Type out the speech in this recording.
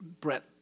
Brett